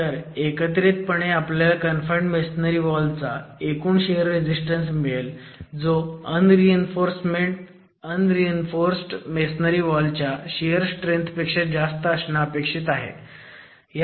तर इकत्रीतपणे आपल्याला कन्फाईंड मेसोनरी वॉल चा एकूण शियर रेझीस्टन्स मिळेल जो अनरीइन्फोर्सड मेसोनरी वॉल च्या शियर स्ट्रेंथ पेक्षा जास्त असणं अपेक्षित आहे